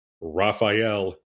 Raphael